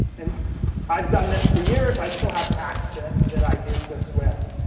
and i've done this for years. i still have packs that that i use this with.